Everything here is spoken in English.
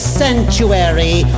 sanctuary